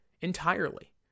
Entirely